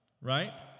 right